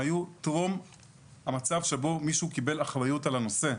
הם היו טרום המצב שבו מישהו קיבל אחריות על הנושא.